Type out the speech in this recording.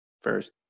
first